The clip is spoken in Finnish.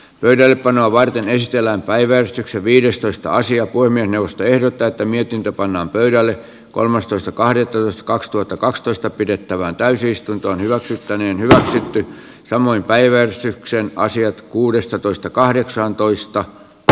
pöydällepanoa varten ei siellä päiväystyksen viidestoista sija voimme tehdä tätä mietintö pannaan pöydälle kolmastoista kahdettatoista kaksituhattakaksitoista pidettävään täysistunto hyväksyttäneen hyväksyttiin samoin päiväystyksen asiat kuudestatoista kahdeksaantoista kl